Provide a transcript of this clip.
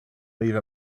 leave